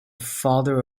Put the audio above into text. father